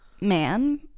man